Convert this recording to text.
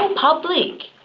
um public.